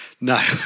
No